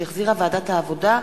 שהחזירה ועדת העבודה,